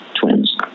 Twins